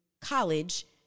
college